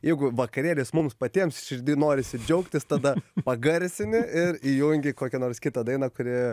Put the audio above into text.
jeigu vakarėlis mums patiems širdy norisi džiaugtis tada pagarsini ir įjungi kokią nors kitą dainą kuri